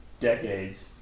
decades